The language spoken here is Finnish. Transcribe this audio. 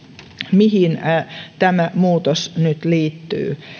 mihin tämä muutos nyt liittyy